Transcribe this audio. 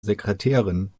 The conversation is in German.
sekretärin